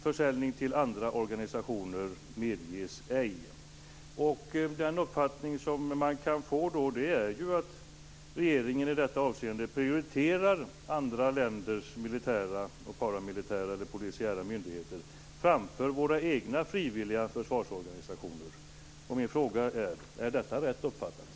Försäljning till andra organisationer medges ej. Den uppfattning som man kan få är att regeringen i detta avseende prioriterar andra länders militära, paramilitära och polisiära myndigheter framför våra egna frivilliga försvarsorganisationer. Min fråga är: Är detta rätt uppfattat?